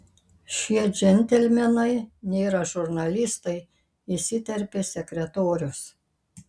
šie džentelmenai nėra žurnalistai įsiterpė sekretorius